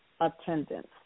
attendance